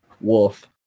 Wolf